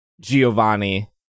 Giovanni